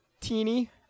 teeny